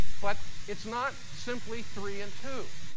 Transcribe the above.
but it's not simply three and two.